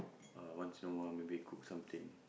uh once in a while maybe cook something